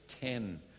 ten